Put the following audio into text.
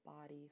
body